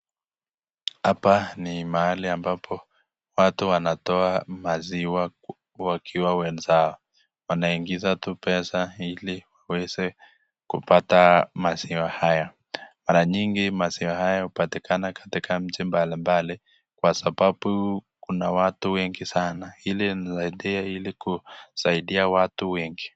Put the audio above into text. Hapa ni mahali ambapo watu wanatoa maziwa wakiwa wenzao. Wanaingiza tu peza ili waweze kupata maziwa haya. Mara nyingi maziwa haya hupatikana katika mji mbali mbali kwa sababu kuna watu wengi sana. Hili husaidia ili kusaidia watu wengi.